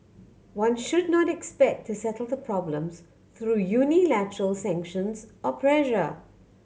one should not expect to settle the problems through unilateral sanctions or pressure